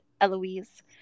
Eloise